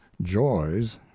joys